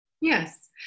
Yes